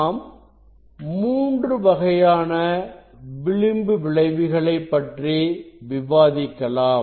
நாம் மூன்று வகையான விளிம்பு விளைவுகளை பற்றி விவாதிக்கலாம்